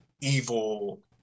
evil